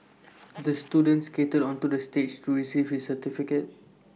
the student skated onto the stage to receive his certificate